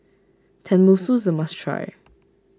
Tenmusu is a must try